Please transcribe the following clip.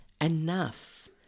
Enough